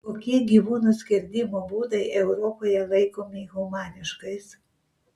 kokie gyvūnų skerdimo būdai europoje laikomi humaniškais